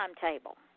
timetable